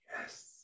Yes